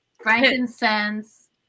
frankincense